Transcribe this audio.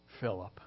Philip